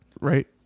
right